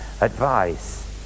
advice